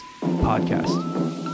podcast